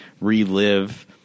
relive